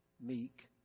meek